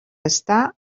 estar